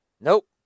Nope